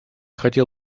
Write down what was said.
хотел